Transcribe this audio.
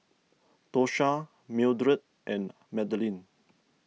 Tosha Mildred and Madalynn